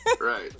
Right